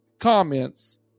Comments